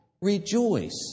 Rejoice